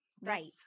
right